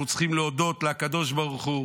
אנחנו צריכים להודות לקדוש ברוך הוא,